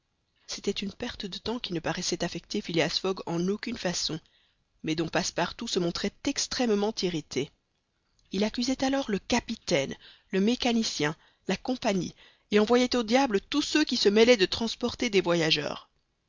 c'était une perte de temps qui ne paraissait affecter phileas fogg en aucune façon mais dont passepartout se montrait extrêmement irrité il accusait alors le capitaine le mécanicien la compagnie et envoyait au diable tous ceux qui se mêlent de transporter des voyageurs